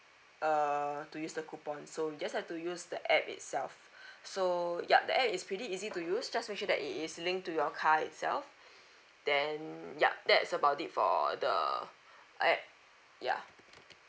err to use the coupon so you just have to use the app itself so yup the app is pretty easy to use just make sure that it is linked to your car itself then yup that's about it for the app yeah